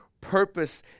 purpose